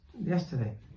yesterday